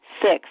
Six